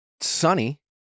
sunny